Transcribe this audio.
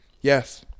Yes